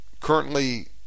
currently